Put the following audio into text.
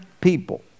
people